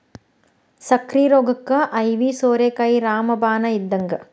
ಸಕ್ಕ್ರಿ ರೋಗಕ್ಕ ಐವಿ ಸೋರೆಕಾಯಿ ರಾಮ ಬಾಣ ಇದ್ದಂಗ